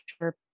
sure